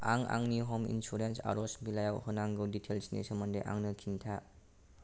आं आंनि ह'म इन्सुरेन्स आरज बिलाइयाव होनांगौ दिटेल्सनि सोमोन्दै आंनो खिन्था